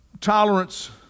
tolerance